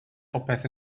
popeth